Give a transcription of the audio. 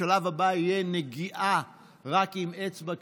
השלב הבא יהיה נגיעה רק באצבע,